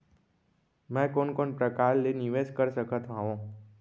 मैं कोन कोन प्रकार ले निवेश कर सकत हओं?